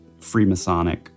Freemasonic